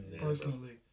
personally